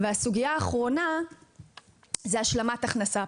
הסוגייה האחרונה היא השלמת הכנסה.